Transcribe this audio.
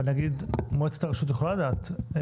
אבל נגיד מועצת הרשות יכולה לדעת,